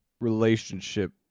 relationship